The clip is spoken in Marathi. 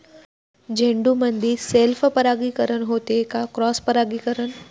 झेंडूमंदी सेल्फ परागीकरन होते का क्रॉस परागीकरन?